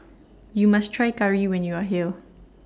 YOU must Try Curry when YOU Are here